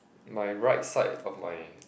my right side of my